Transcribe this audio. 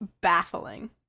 baffling